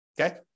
okay